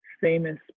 famous